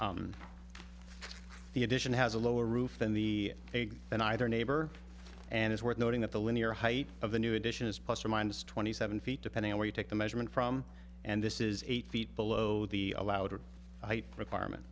floor the addition has a lower roof than the egg than either neighbor and is worth noting that the linear height of the new addition is plus or minus twenty seven feet depending on where you take the measurement from and this is eight feet below the allowed requirement